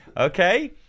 Okay